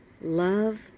Love